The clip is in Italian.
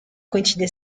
coincide